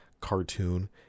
cartoon